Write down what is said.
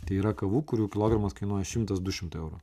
tai yra kavų kurių kilogramas kainuoja šimtas du šimtai eurų